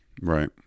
Right